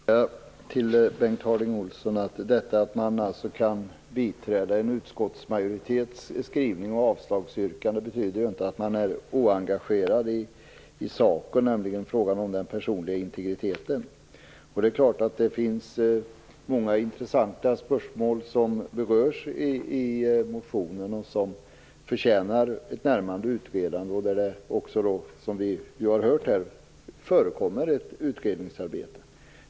Fru talman! Jag vill bara säga till Bengt Harding Olson att det att man kan biträda en utskottsmajoritets skrivning och avslagsyrkande inte betyder att man är oengagerad i saken: frågan om den personliga integriteten. Många intressanta spörsmål berörs i motionen och förtjänar ett närmare utredande, och det förekommer också, som vi har hört, ett utredningsarbete.